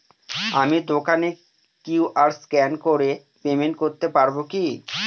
আমি দোকানে Q R scan করে পেমেন্ট করতে পারবো কি?